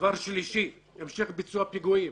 דבר שלישי, המשך ביצוע פיגועים.